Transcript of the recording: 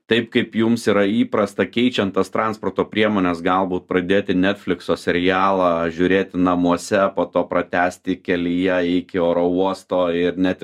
taip kaip jums yra įprasta keičiant tas transporto priemones galbūt pradėti netflikso serialą žiūrėti namuose po to pratęsti kelyje iki oro uosto ir net